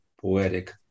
poetic